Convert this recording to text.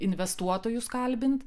investuotojus kalbint